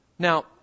Now